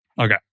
okay